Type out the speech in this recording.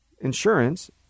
insurance